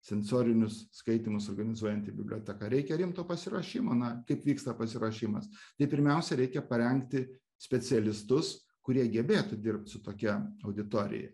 sensorinius skaitymus organizuojanti biblioteka reikia rimto pasiruošimo na kaip vyksta pasiruošimas tai pirmiausia reikia parengti specialistus kurie gebėtų dirbt su tokia auditorija